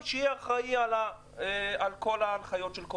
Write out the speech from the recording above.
קורונה שיהיה אחראי על יישום ההנחיות.